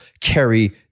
carry